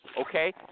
Okay